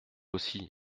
aussi